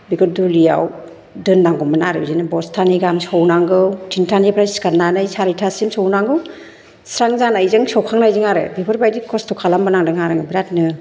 बिखौ दुलियाव दोननांगौमोन आरो बिदिनो बस्थानै गाहाम सौनांगौ तिनटानिफ्राय सिखारनानै चारिटासिम सौनांगौ स्रां जानायजों सौखांनायजों आरो बेफोरबायदि खस्थ' खालामबोनांदों आरो बिराथनो